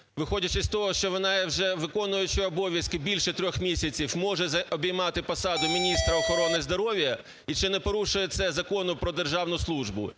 виходячи з того, що вона вже виконуючий обов'язки більше трьох місяців, може обіймати посаду міністра охорони здоров'я? І чи не порушує це Закон "Про державну службу"?